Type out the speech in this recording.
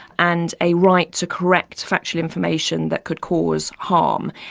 and a right to correct factual information that could cause harm.